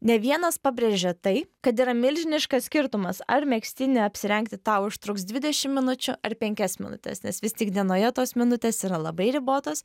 ne vienas pabrėžia taip kad yra milžiniškas skirtumas ar megztinį apsirengti tau užtruks dvidešim minučių ar penkias minutes nes vis tik dienoje tos minutės yra labai ribotos